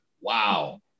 Wow